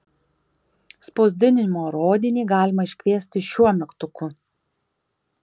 spausdinimo rodinį galima iškviesti šiuo mygtuku